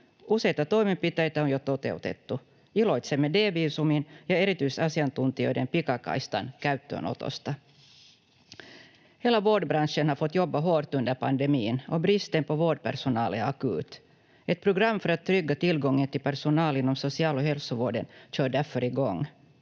Useita toimenpiteitä on jo toteutettu. Iloitsemme D-viisumin ja erityisasiantuntijoiden pikakaistan käyttöönotosta. Hela vårdbranschen har fått jobba hårt under pandemin och bristen på vårdpersonal är akut. Ett program för att trygga tillgången till personal inom social- och hälsovården kör därför igång.